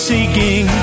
Seeking